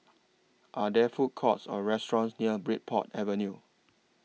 Are There Food Courts Or restaurants near Bridport Avenue